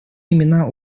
имена